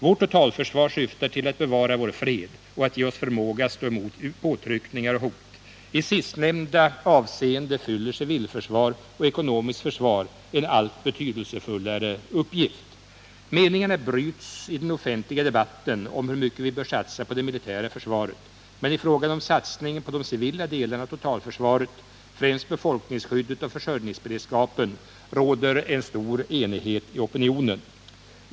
Vårt totalförsvar syftar till att bevara vår fred och att ge oss förmåga att stå emot påtryckningar och hot. I sistnämnda avseenden fyller civilförsvar och ekonomiskt försvar en allt betydelsefullare uppgift. Meningarna bryts i den cket vi bör satsa på det militära försvaret. Men i offentliga debatten om hur my fråga om satsningen på de civila delarna av totalförsvaret, främst befolkningsskyddet och försörjningsberedskapen, råder en stor enighet i opinionen.